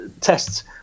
tests